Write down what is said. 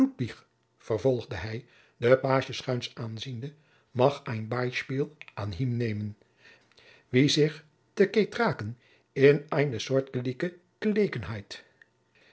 vervolgde hij den pagie schuins aanziende mag ein beispiel aan ihm nemen wie sich te ketraken in eine sortkelike